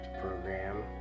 program